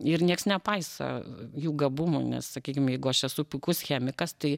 ir nieks nepaiso jų gabumų nes sakykim jeigu aš esu puikus chemikas tai